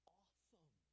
awesome